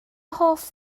hoff